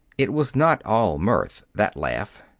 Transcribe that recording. it was not all mirth that laugh.